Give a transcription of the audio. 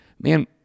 man